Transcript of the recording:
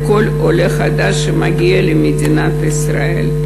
לכל עולה חדש שמגיע למדינת ישראל,